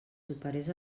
superés